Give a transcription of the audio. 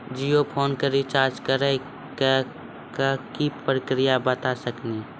Jio phone के recharge करे के का प्रक्रिया बता साकिनी का?